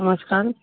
नमस्कार